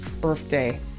birthday